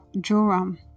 Joram